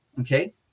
Okay